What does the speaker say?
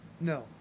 No